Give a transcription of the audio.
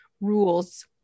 rules